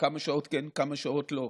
או כמה שעות כן וכמה שעות לא,